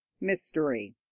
mystery